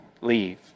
leave